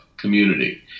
community